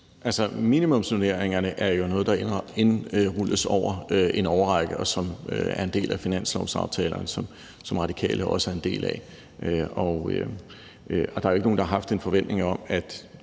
Minimumsnormeringerne er jo noget, der indrulles over en årrække, og som er en del af finanslovsaftalerne, som Radikale også er en del af, og der er jo ikke nogen, der har haft en forventning om, at